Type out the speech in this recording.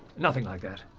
nothing like that.